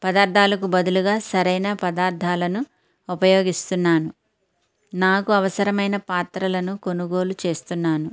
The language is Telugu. పదార్దాలకు బదులుగా సరైన పదార్ధాలను ఉపయోగిస్తున్నాను నాకు అవసరమైన పాత్రలను కొనుగోలు చేస్తున్నాను